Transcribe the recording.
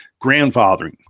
grandfathering